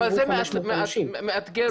אבל זה מאתגר אותם.